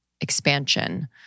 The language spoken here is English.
expansion